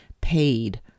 paid